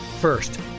First